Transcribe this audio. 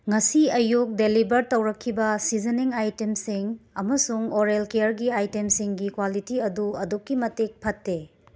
ꯉꯁꯤ ꯑꯌꯨꯛ ꯗꯦꯂꯤꯚꯔ ꯇꯧꯔꯛꯈꯤꯕ ꯁꯤꯖꯟꯅꯤꯡ ꯑꯥꯏꯇꯦꯝꯁꯤꯡ ꯑꯃꯁꯨꯡ ꯑꯣꯔꯦꯜ ꯀꯤꯌꯔꯒꯤ ꯑꯥꯏꯇꯦꯝꯁꯤꯡꯒꯤ ꯀ꯭ꯋꯥꯂꯤꯇꯤ ꯑꯗꯨ ꯑꯗꯨꯛꯀꯤ ꯃꯇꯤꯛ ꯐꯠꯇꯦ